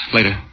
Later